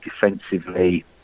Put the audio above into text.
defensively